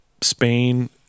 Spain